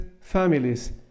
families